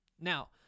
Now